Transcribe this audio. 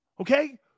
Okay